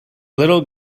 little